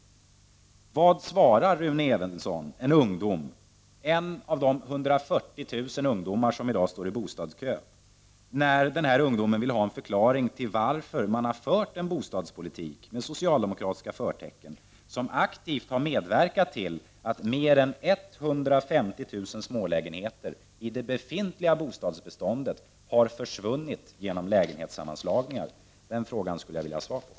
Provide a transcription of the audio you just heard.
Vad svarar Rune Evenson en ung person, en av de 140 000 ungdomar som i dag står i bostadskön, när denna vill ha förklaring till varför man har fört en bostadspolitik, med socialdemokratiska förtecken, som har medverkat till att mer än 150 000 smålägenheter i det befintliga bostadsbeståndet har försvunnit genom lägenhetssammanslagningar? Den frågan skulle jag vilja ha svar på.